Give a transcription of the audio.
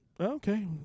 Okay